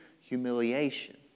humiliation